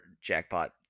Jackpot